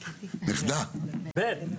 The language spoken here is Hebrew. בן.